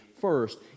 first